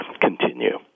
Continue